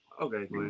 okay